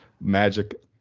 Magic